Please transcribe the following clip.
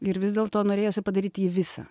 ir vis dėlto norėjosi padaryt jį visą